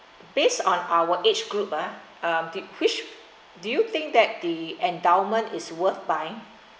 based on our age group ah um did which do you think that the endowment is worth buying